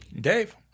Dave